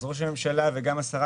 ראש הממשלה וגם השרה